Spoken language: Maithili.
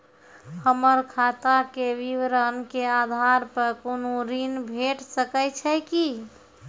हमर खाता के विवरण के आधार प कुनू ऋण भेट सकै छै की?